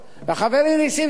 חברי נסים זאב,